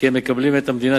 על-פי החוק,